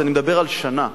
אני מדבר על שנה,